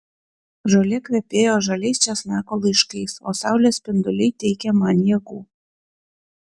žolė kvepėjo žaliais česnako laiškais o saulės spinduliai teikė man jėgų